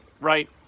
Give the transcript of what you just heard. right